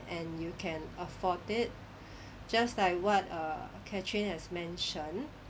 and you can afford it just like what err katherine has mentioned